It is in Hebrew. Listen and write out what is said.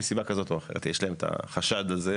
ומסיבה כזאת או אחרת יש להם את החשד הזה,